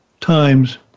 times